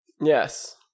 Yes